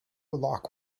lock